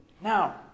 Now